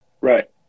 Right